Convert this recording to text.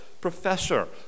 professor